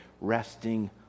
resting